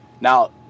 Now